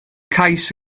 cais